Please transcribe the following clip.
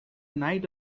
night